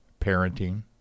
parenting